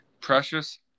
Precious